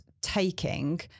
taking